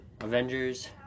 Avengers